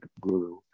guru